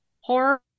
horror